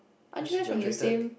aren't you guys from the same